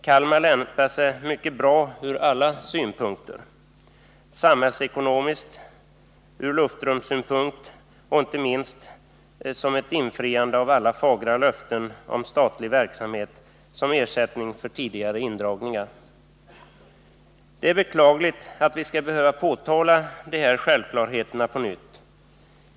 Kalmar lämpar sig mycket bra från alla synpunkter: samhällsekonomiskt, med tanke på luftrummet och inte minst för infriandet av alla fagra löften om statlig verksamhet som ersättning för tidigare indragningar. Det är beklagligt att vi på nytt skall behöva påtala de här självklarheterna.